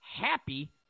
happy